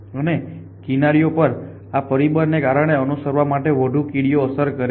અને તે કિનારીઓ પરના આ પરિબળ ને કારણે અનુસરવા માટે વધુ કીડીઓને અસર કરશે